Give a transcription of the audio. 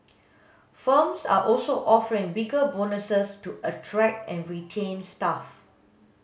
firms are also offering bigger bonuses to attract and retain staff